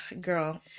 girl